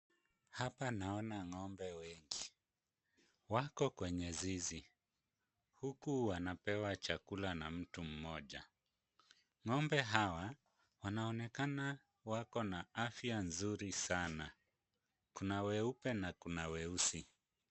Hapa naona ng'ombe wengi, wako kwenye zizi huku wanapewa chakula na mtu mmoja. Ng'ombe hawa wanaonekana wako na afya nzuri sana. Kuna weupe na kuna weusi.